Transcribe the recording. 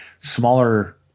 smaller